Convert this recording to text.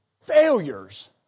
failures